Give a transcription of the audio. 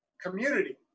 community